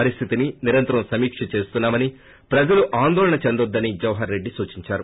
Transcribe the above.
పరిస్థితిని నిరంతరం సమీక్షిస్తున్నా మని ప్రజలు ఆందోళన చెందవద్దని జవహర్రెడ్డి సూచీంచారు